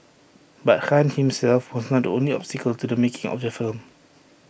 but Khan himself was not the only obstacle to the making of the film